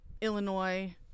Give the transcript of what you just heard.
Illinois